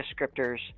descriptors